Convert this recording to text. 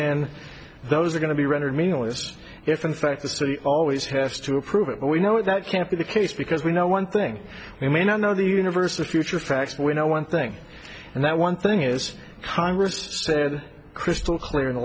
then those are going to be rendered meaningless if in fact the city always has to approve it but we know that can't be the case because we know one thing we may not know the universe the future fact we know one thing and that one thing is congress said crystal clear in